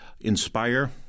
inspire